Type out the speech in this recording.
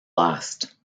last